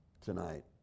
tonight